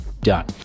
Done